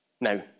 now